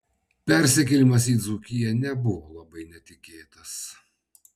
persikėlimas į dzūkiją nebuvo labai netikėtas